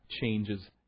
changes